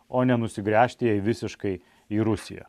o nenusigręžti jai visiškai į rusiją